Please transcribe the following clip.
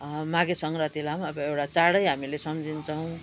माघे सङ्क्रान्तिलाई पनि अब एउटा अब चाडै हामीले सम्झिन्छौँ